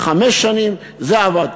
חמש שנים זה עבד.